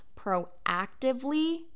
proactively